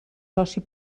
soci